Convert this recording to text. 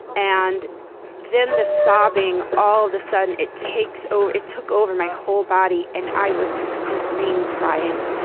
and then the sobbing all the sudden, it takes over it took over my whole body and i was scream-crying,